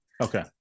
Okay